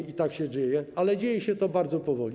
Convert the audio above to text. I tak się dzieje, ale dzieje się to bardzo powoli.